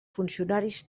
funcionaris